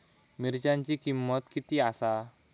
मिरच्यांची किंमत किती आसा?